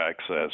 access